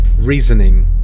Reasoning